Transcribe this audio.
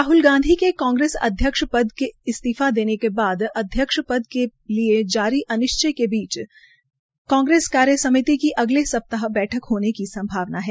राहल गांधी के कांग्रेस अध्यक्ष पद से इस्तीफा देने के बाद अध्यक्ष पद के लिये जारी अनिश्चय के बीच कांग्रेस कार्य समिति की अगले सप्ताह बैठक होने की संभावना है